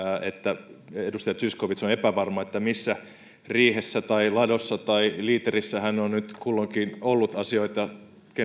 että edustaja zyskowicz on epävarma siitä missä riihessä ladossa tai liiterissä hän on nyt kulloinkin ollut asioita